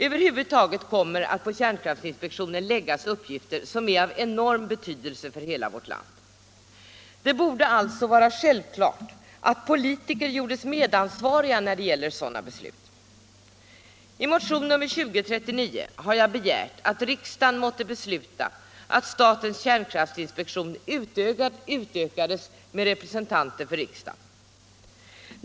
Över huvud taget kommer det att på kärnkraftinspektionen läggas uppgifter som är av enorm betydelse för hela vårt land. Det borde alltså vara självklart att politiker gjordes medansvariga när det gäller sådana beslut. I motionen 2039 har jag begärt att riksdagen måtte besluta att statens kärnkraftinspektion utökas med representanter för riksdagen.